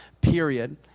period